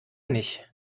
nicht